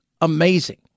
amazing